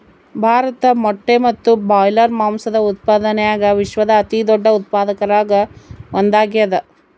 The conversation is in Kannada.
ಭಾರತ ಮೊಟ್ಟೆ ಮತ್ತು ಬ್ರಾಯ್ಲರ್ ಮಾಂಸದ ಉತ್ಪಾದನ್ಯಾಗ ವಿಶ್ವದ ಅತಿದೊಡ್ಡ ಉತ್ಪಾದಕರಾಗ ಒಂದಾಗ್ಯಾದ